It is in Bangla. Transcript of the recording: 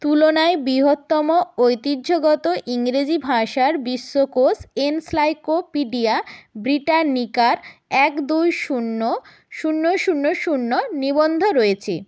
তুলনায় বৃহত্তম ঐতিহ্যগত ইংরেজি ভাষার বিশ্বকোষ এনসাইক্লোপিডিয়া ব্রিটানিকার এক দুই শূন্য শূন্য শূন্য শূন্য নিবন্ধ রয়েছে